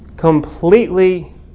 completely